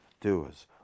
doers